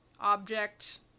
object